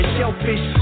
shellfish